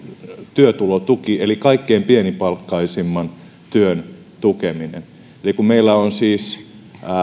työtulotuki eli kaikkein pienipalkkaisimman työn tukeminen eli kun meillä on siis